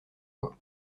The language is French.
voix